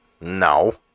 No